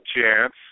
chance